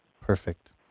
perfect